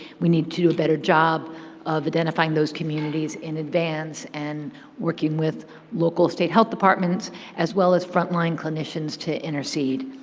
we need to a better job of identifying those communities in advance and working with local state health departments as well as frontline clinicians to intercede.